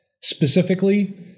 specifically